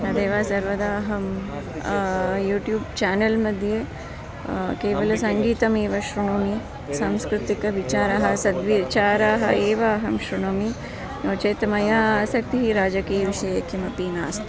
तदेव सर्वदा अहं यूट्यूब् चानल् मध्ये केवलं सङ्गीतमेव श्रुणोमि सांस्कृतिकविचाराः सद्विचाराः एव अहं श्रुणोमि नो चेत् मया आसक्तिः राजकीयविषये किमपि नास्ति